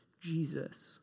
Jesus